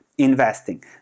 investing